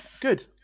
good